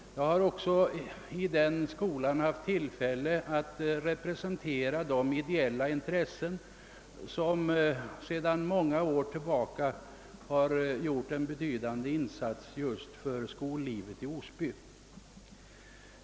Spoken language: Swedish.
Jag har också i den skolan haft tillfälle att representera ideella intressen som sedan många år tillbaka har gjort en betydande insats just för skollivet i Osby.